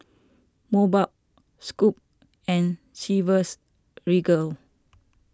Mobot Scoot and Chivas Regal